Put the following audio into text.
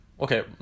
okay